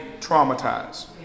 traumatized